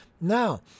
Now